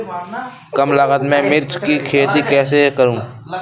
कम लागत में मिर्च की खेती कैसे करूँ?